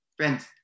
Friends